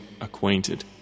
acquainted